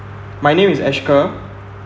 my name is Ashkar